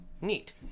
Neat